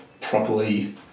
properly